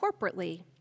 corporately